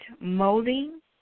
molding